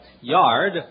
yard